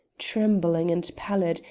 trembling and pallid,